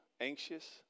anxious